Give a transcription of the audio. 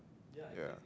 ya